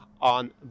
on